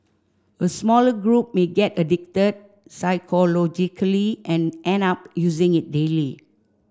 a smaller group may get addicted psychologically and end up using it daily